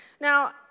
Now